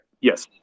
Yes